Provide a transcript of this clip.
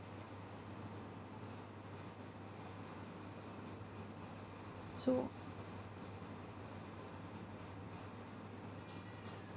so